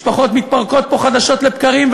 משפחות מתפרקות פה חדשות לבקרים,